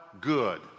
good